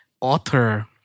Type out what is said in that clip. author